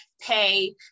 pay